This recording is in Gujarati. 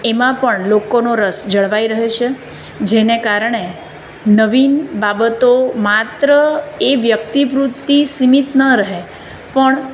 એમાં પણ લોકોનો રસ જળવાઈ રહે છે જેને કારણે નવીન બાબતો માત્ર એ વ્યક્તિ પૂરતી સીમિત ન રહે પણ